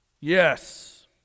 Yes